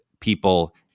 people